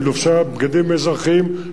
מלובשי הבגדים האזרחיים,